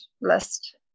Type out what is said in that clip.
list